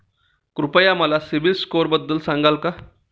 कृपया मला सीबील स्कोअरबद्दल सांगाल का?